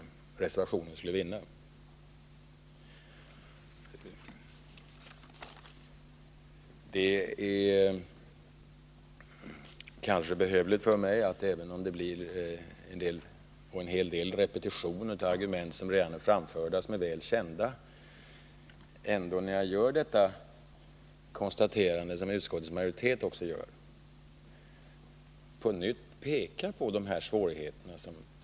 Även om det blir en hel del repetition av argument som redan är framförda och väl kända är det behövligt för mig att peka på de svårigheter som finns, och det är konstateranden som också utskottsmajoriteten har gjort.